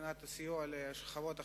מבחינת הסיוע לשכבות החלשות,